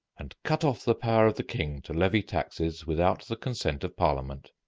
and cut off the power of the king to levy taxes without the consent of parliament.